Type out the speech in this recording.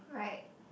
right